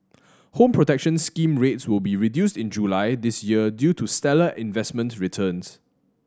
Home Protection Scheme rates will be reduced in July this year due to stellar investment returns